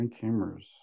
cameras